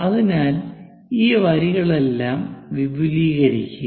അതിനാൽ ഈ വരികളെല്ലാം വിപുലീകരിക്കുക